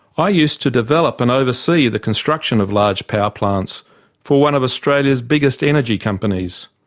i used to develop and oversee the construction of large power plants for one of australia's biggest energy companies.